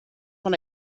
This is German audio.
von